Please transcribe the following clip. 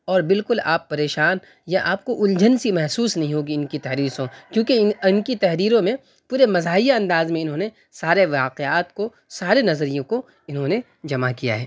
اور بالکل آپ پریشان یا آپ کو الجھن سی محسوس نہیں ہوگی ان کی تحریر سو کیونکہ ان کی تحریروں میں پورے مزاحیہ انداز میں انہوں نے سارے واقعات کو سارے نظریوں کو انہوں نے جمع کیا ہے